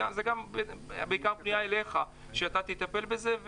זו בעיקר פניה אליך, שאתה תטפל בזה.